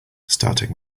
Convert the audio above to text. starting